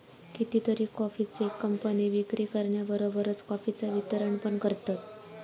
कितीतरी कॉफीचे कंपने विक्री करण्याबरोबरच कॉफीचा वितरण पण करतत